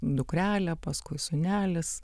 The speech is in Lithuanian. dukrelė paskui sūnelis